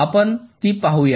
आपण ती पाहूया